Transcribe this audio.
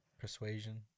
Persuasion